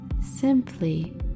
Simply